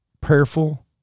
Prayerful